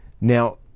Now